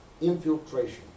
infiltration